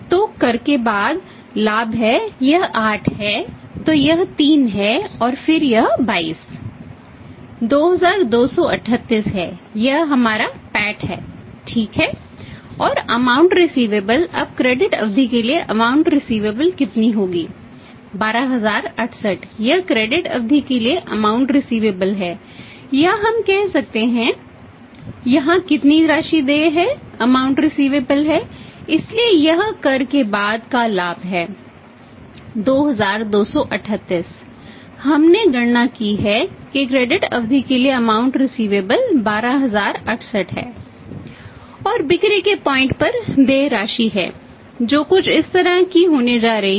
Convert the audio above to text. तो कर के बाद लाभ है यह 8 है तो यह 3 है और फिर यह 22 2238 है यह हमारा पैट 12068 है